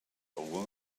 over